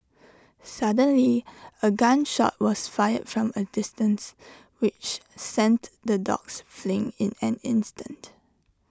suddenly A gun shot was fired from A distance which sent the dogs fleeing in an instant